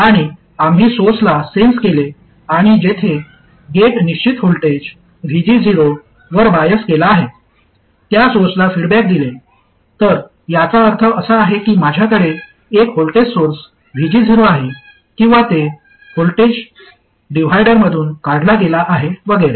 आणि आम्ही सोर्सला सेन्स केले आणि जिथे गेट निश्चित व्होल्टेज VG0 वर बायस केला आहे त्या सोर्सला फीडबॅक दिले तर याचा अर्थ असा आहे की माझ्याकडे एक व्होल्टेज सोर्स VG0 आहे किंवा तो व्होल्टेज डिव्हायडरमधून काढला गेला आहे वगैरे